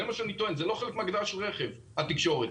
זה מה שאני טוען, כי תקשורת